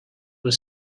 were